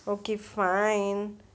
okay fine